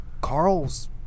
Carl's